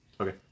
Okay